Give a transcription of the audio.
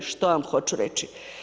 Što vam hoću reći?